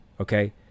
Okay